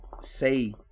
say